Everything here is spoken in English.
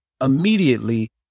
immediately